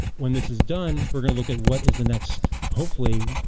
when this is done, we're going to look at what is the next hopefully,